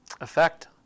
effect